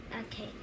Okay